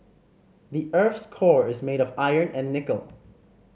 the earth's core is made of iron and nickel